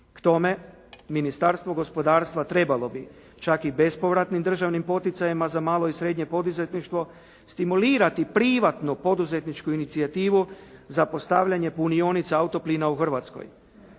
K tome, Ministarstvo gospodarstva trebalo bi čak i bespovratnim državnim poticajima za malo i srednje poduzetništvo stimulirati privatno poduzetničku inicijativu za postavljanje punionica autoplina u Hrvatskoj.